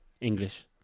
English